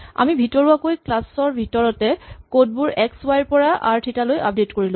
আমি ভিতৰোৱাকৈ ক্লাচ ৰ ভিতৰতে কড বোৰ এক্স ৱাই ৰ পৰা আৰ থিতা লৈ আপডেট কৰিলো